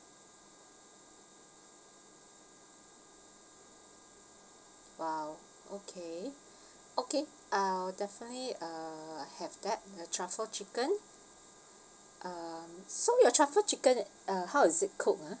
!wow! okay okay I'll definitely uh have that a truffle chicken um so your truffle chicken uh how is it cooked ah